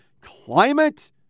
climate